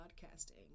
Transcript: Broadcasting